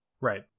Right